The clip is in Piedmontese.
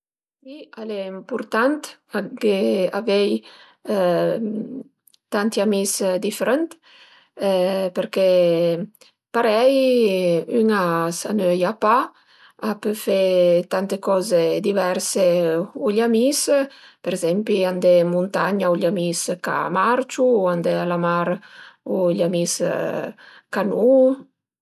Si al e impurtant aghé avei tanti amis difrënt perché parei ü a s'anöia pa, a pö fe tante coze diverse u i amis, për ezempi andé ën muntagna u i amis ch'a marciu u andé a la mar u i amis ch'a nu-u